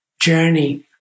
journey